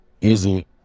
easy